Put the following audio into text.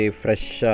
fresh